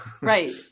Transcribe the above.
Right